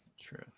True